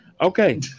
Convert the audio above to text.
Okay